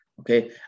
okay